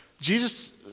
Jesus